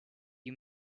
you